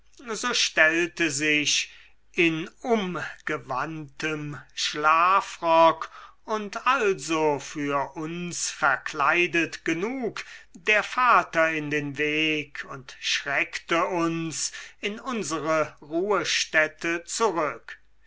so stellte sich in umgewandtem schlafrock und also für uns verkleidet genug der vater in den weg und schreckte uns in unsere ruhestätte zurück